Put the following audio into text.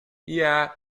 yeah